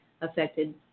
affected